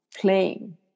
playing